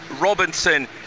Robinson